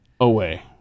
away